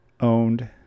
owned